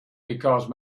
because